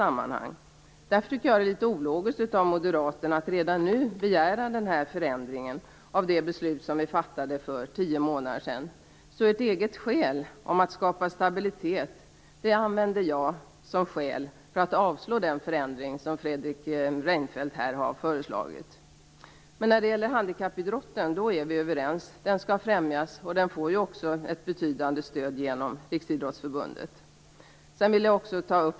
Av den anledningen tycker jag att det är litet ologiskt av moderaterna att redan nu begära den här förändringen av det beslut som vi fattade för tio månader sedan. Ert eget skäl om att skapa stabilitet använder jag som skäl för att avstyrka den förändring som Fredrik Reinfeldt har föreslagit. Vi är överens om att handikappidrotten skall främjas, och den får ju också ett betydande stöd genom Riksidrottsförbundet.